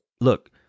Look